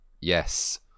Yes